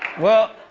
well,